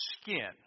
skin